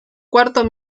cuarto